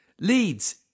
leads